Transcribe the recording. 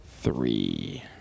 Three